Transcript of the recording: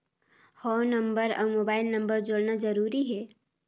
हव नंबर अउ mobile number जोड़ना जरूरी हे?